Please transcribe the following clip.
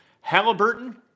Halliburton